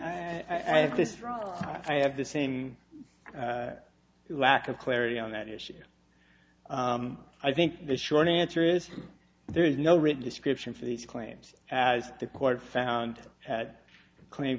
this i have the same lack of clarity on that issue i think the short answer is there is no written description for these claims as the court found had a claim